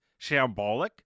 shambolic